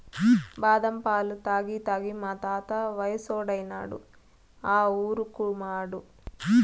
బాదం పాలు తాగి తాగి మా తాత వయసోడైనాడు ఆ ఊరుకుమాడు